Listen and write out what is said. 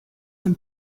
than